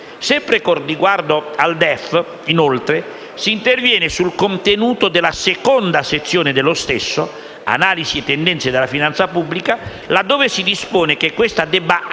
Sempre con riguardo al DEF, inoltre, si interviene sul contenuto della seconda sezione dello stesso (Analisi e tendenze della finanza pubblica), laddove si dispone che questa debba anche